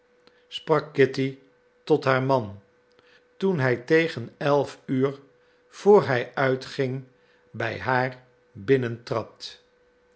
sprak kitty tot haar man toen hij tegen elf uur voor hij uitging bij haar